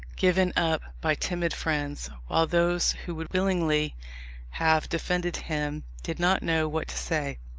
given up by timid friends while those who would willingly have defended him did not know what to say.